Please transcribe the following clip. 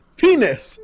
penis